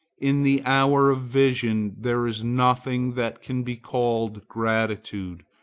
in the hour of vision there is nothing that can be called gratitude,